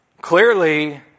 Clearly